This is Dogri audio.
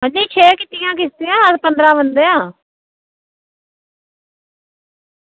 असें छे कीतियां किश्तियां पंदरां बंदे आं